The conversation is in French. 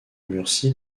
murcie